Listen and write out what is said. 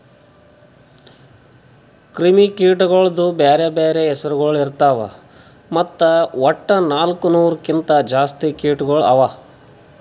ಕ್ರಿಮಿ ಕೀಟಗೊಳ್ದು ಬ್ಯಾರೆ ಬ್ಯಾರೆ ಹೆಸುರಗೊಳ್ ಇರ್ತಾವ್ ಮತ್ತ ವಟ್ಟ ನಾಲ್ಕು ನೂರು ಕಿಂತ್ ಜಾಸ್ತಿ ಕೀಟಗೊಳ್ ಅವಾ